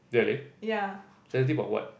ya